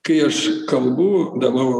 kai aš kalbu danovo